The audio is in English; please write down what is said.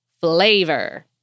flavor